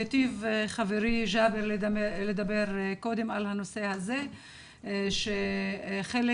היטיב חברי ג'אבר לדבר קודם על הנושא הזה ואמר שחלק